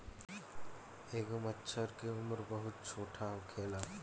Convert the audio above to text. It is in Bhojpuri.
एगो मछर के उम्र बहुत छोट होखेला